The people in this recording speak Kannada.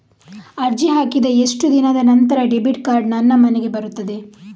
ಅರ್ಜಿ ಹಾಕಿದ ಎಷ್ಟು ದಿನದ ನಂತರ ಡೆಬಿಟ್ ಕಾರ್ಡ್ ನನ್ನ ಮನೆಗೆ ಬರುತ್ತದೆ?